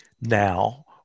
now